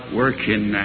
working